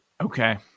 Okay